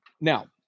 Now